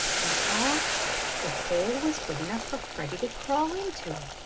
and at last the hole was big enough for freddie to crawl into.